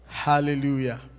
hallelujah